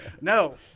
No